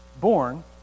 born